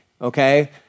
Okay